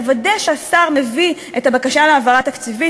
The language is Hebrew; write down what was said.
לוודא שהשר מביא את הבקשה להעברה תקציבית,